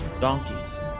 donkeys